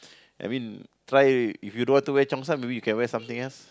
I mean try it if you don't want to wear cheongsam you can wear something else